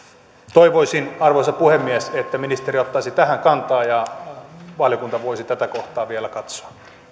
toivoisin arvoisa puhemies että ministeri ottaisi tähän kantaa ja valiokunta voisi tätä kohtaa vielä katsoa